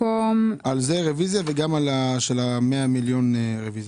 על זה רוויזיה וגם על ההסתייגות של ה -100 מיליון רוויזיה.